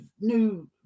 new